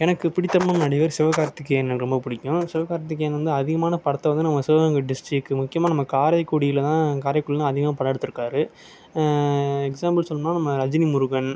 எனக்கு பிடித்தமான நடிகர் சிவகார்த்திகேயனை ரொம்ப பிடிக்கும் சிவகார்த்திகேயன் வந்து அதிகமான படத்தை வந்து நம்ம சிவகங்கை டிஸ்ட்ரிக்கு முக்கியமாக நம்ம காரைக்குடியில் தான் காரைக்குடியில் தான் அதிகமாக படம் எடுத்துருக்காரு எக்ஸாம்புள் சொல்லணுன்னா நம்ம ரஜினிமுருகன்